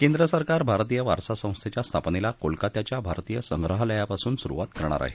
केंद्रसरकार भारतीय वारसा संस्थेच्या स्थापनेला कोलकात्याच्या भारतीय संग्रहालयापासून सुरुवात करणार आहे